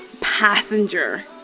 passenger